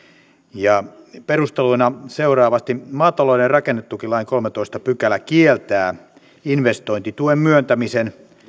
ja perusteluina on seuraavasti maatalouden rakennetukilain kolmastoista pykälä kieltää investointituen myöntämisen